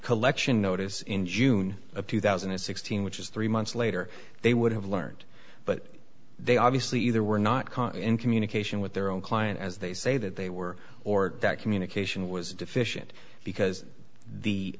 collection notice in june of two thousand and sixteen which is three months later they would have learned but they obviously either were not caught in communication with their own client as they say that they were or that communication was deficient because the